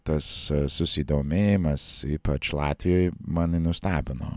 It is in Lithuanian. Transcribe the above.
tas susidomėjimas ypač latvijoj mane nustebino